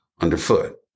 underfoot